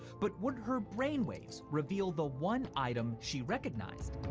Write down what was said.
but would her brain waves reveal the one item she recognizes?